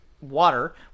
water